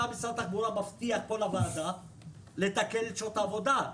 משרד התחבורה מבטיח פה לוועדה לתקן את שעות העבודה.